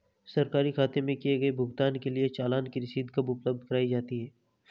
सरकारी खाते में किए गए भुगतान के लिए चालान की रसीद कब उपलब्ध कराईं जाती हैं?